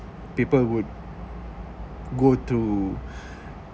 people would go through